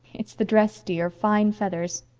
it's the dress, dear. fine feathers.